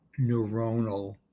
neuronal